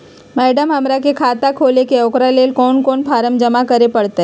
Madam, हमरा के खाता खोले के है उकरा ले कौन कौन फारम जमा करे परते?